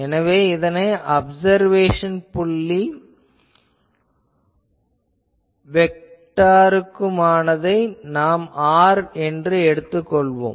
எனவே இதற்கும் அப்சர்வேஷன் புள்ளி வெக்டாருக்குமானதை நாம் R என்று எடுத்துக் கொள்வோம்